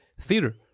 theater